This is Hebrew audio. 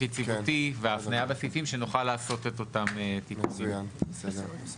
יציבותי והפניה בסעיפים כדי שנוכל לעשות את אותם תיקונים תודה.